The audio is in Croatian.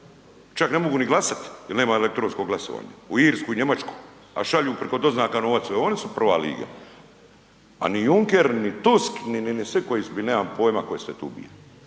čak ne mogu ni glasat jer nema elektronskog glasovanja u Irsku, Njemačku, a šalju preko doznaka novac. Oni su prva liga, a ni Junker, ni Tusk ni svi koji su bili, nemam poima tko je sve tu bija,